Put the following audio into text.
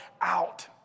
out